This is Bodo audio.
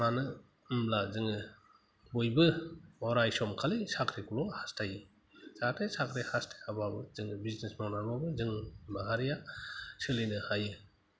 मानो होमब्ला जोङो बयबो अराय सम खालि साख्रिखौल' हास्थायो जाहाते साख्रि हास्थायाब्लाबो जोङो बिजिनेस मावनानैबाबो जों माहारिया सोलिनो हायो